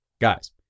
Guys